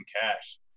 cash